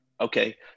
Okay